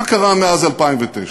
מה קרה מאז 2009?